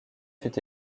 fut